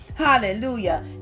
Hallelujah